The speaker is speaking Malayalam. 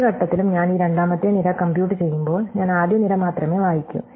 ഏത് ഘട്ടത്തിലും ഞാൻ ഈ രണ്ടാമത്തെ നിര കമ്പ്യൂട്ട് ചെയ്യുമ്പോൾ ഞാൻ ആദ്യ നിര മാത്രമേ വായിക്കൂ